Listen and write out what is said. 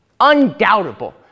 undoubtable